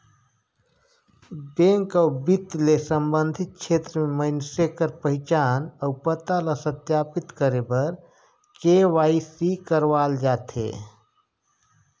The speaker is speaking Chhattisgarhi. बेंक अउ बित्त ले संबंधित छेत्र में मइनसे कर पहिचान अउ पता ल सत्यापित करे बर के.वाई.सी करवाल जाथे